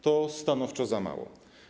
To stanowczo za mało.